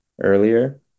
earlier